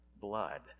blood